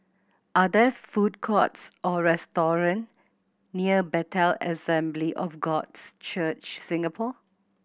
are there food courts or restaurant near Bethel Assembly of Gods Church Singapore